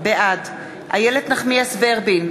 בעד איילת נחמיאס ורבין,